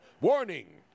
Warning